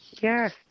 Yes